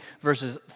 verses